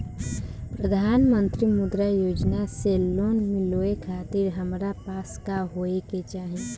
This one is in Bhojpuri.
प्रधानमंत्री मुद्रा योजना से लोन मिलोए खातिर हमरा पास का होए के चाही?